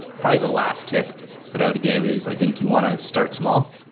probably the last tip that i would give is i think you want to start small.